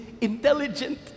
intelligent